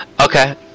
Okay